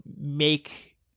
make